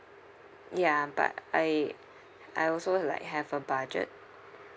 ya but I I also like have a budget